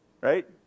right